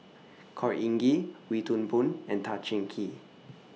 Khor Ean Ghee Wee Toon Boon and Tan Cheng Kee